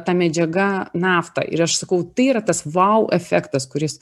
ta medžiaga naftą ir aš sakau tai yra tas vau efektas kuris